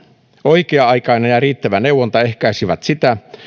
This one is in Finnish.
oikea aikainen ja riittävä neuvonta ehkäisisivät sitä